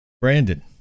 Brandon